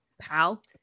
pal